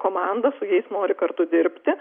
komandą su jais nori kartu dirbti